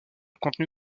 contenu